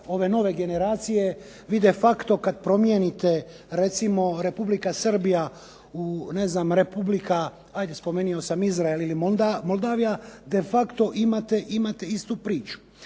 ove nove generacije vi de facto kada promijenite, recimo Republika Srbija, ajde spomenuo sam Izrael ili Moldavija, de facto imate istu priču.